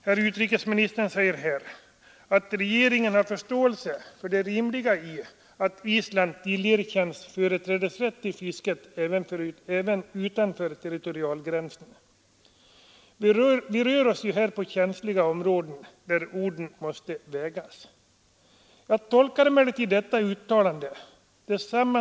Herr utrikesministern säger här att regeringen har förståelse för det rimliga i att Island tillerkänns företrädesrätt till fisket även utanför territorialgränsen. Vi rör oss ju här på känsliga områden, där orden måste vägas.